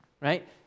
right